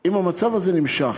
אם המצב הזה נמשך,